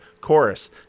Chorus